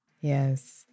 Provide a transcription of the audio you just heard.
Yes